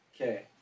Okay